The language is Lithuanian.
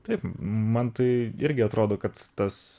taip man tai irgi atrodo kad tas